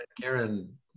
Karen